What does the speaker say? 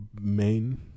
main